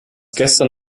gestern